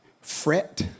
fret